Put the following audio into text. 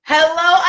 Hello